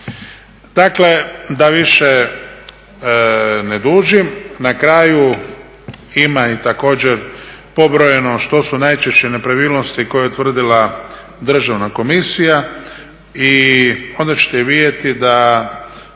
Dakle, da više ne dužim. Na kraju ima i također pobrojeno što su najčešće nepravilnosti koje je utvrdila Državna komisija i onda ćete vidjeti da